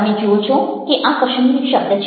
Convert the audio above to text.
તમે જુઓ છો કે આ ક્શ્મીર શબ્દ છે